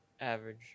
Average